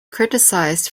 criticized